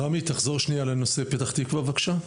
רמי, תחזור שנייה לנושא פתח תקווה בבקשה.